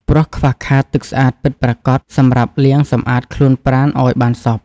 ព្រោះខ្វះខាតទឹកស្អាតពិតប្រាកដសម្រាប់លាងសម្អាតខ្លួនប្រាណឱ្យបានសព្វ។